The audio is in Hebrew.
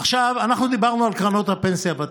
אנחנו דיברנו על קרנות הפנסיה הוותיקות.